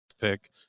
pick